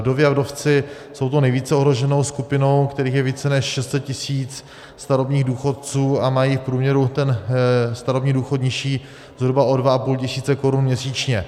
Vdovy a vdovci jsou nejvíce ohroženou skupinou, kterých je více než 600 tisíc starobních důchodců, a mají v průměru ten starobní důchod nižší zhruba o 2,5 tisíce korun měsíčně.